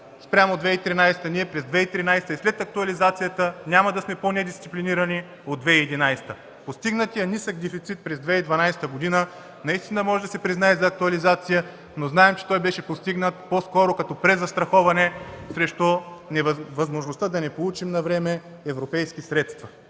спрямо 2013 г. – ние през 2013 г. и след актуализацията няма да сме по-недисциплинирани от 2011 г. Постигнатият нисък дефицит през 2012 г. може да се признае за актуализация, но знаем, че той беше постигнат по-скоро като презастраховане срещу възможността да не получим навреме европейски средства.